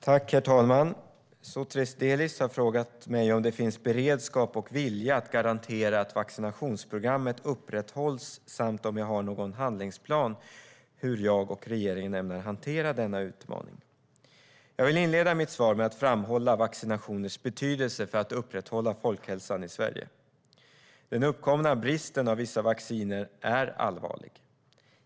Herr talman! Sotiris Delis har frågat mig om det finns beredskap och vilja att garantera att vaccinationsprogrammet upprätthålls samt om jag har någon handlingsplan för hur jag och regeringen ämnar hantera denna utmaning. Jag vill inleda mitt svar med att framhålla vaccinationers betydelse för att upprätthålla folkhälsan i Sverige. Den uppkomna bristen av vissa vacciner är allvarlig.